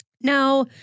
Now